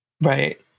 Right